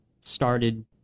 started